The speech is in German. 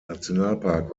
nationalpark